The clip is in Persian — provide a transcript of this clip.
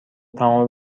تمام